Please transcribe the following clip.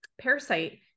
parasite